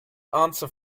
answer